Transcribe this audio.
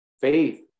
Faith